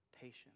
patience